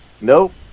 Nope